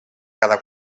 cada